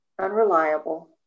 unreliable